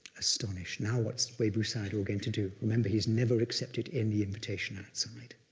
astonished. now what's webu sayadaw going to do? remember, he's never accepted any invitation outside,